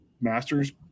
master's